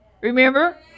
Remember